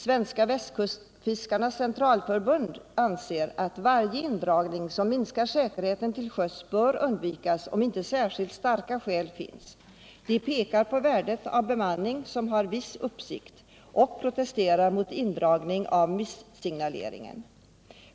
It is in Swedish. Svenska västkustfiskarnas centralförbund anser att varje indragning som minskar säkerheten till sjöss bör undvikas, om inte särskilt starka skäl föreligger. De pekar på värdet av bemanning som har viss uppsikt och protesterar mot indragning av mistsignaleringen.